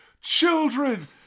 Children